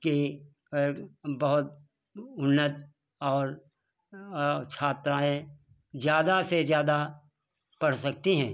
कि बहुत उन्नति और छात्राएँ ज़्यादा से ज़्यादा पढ़ सकती हैं